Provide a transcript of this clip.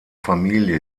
familie